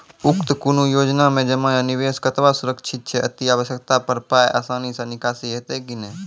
उक्त कुनू योजना मे जमा या निवेश कतवा सुरक्षित छै? अति आवश्यकता पर पाय आसानी सॅ निकासी हेतै की नै?